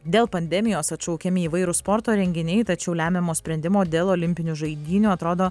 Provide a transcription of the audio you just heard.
dėl pandemijos atšaukiami įvairūs sporto renginiai tačiau lemiamo sprendimo dėl olimpinių žaidynių atrodo